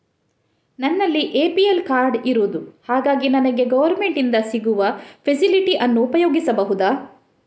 ನನ್ನಲ್ಲಿ APL card ಇರುದು ಹಾಗಾಗಿ ನನಗೆ ಗವರ್ನಮೆಂಟ್ ಇಂದ ಸಿಗುವ ಫೆಸಿಲಿಟಿ ಅನ್ನು ಉಪಯೋಗಿಸಬಹುದಾ?